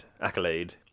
Accolade